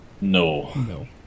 no